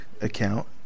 account